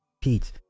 Pete